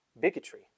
bigotry